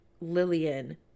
Lillian